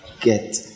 get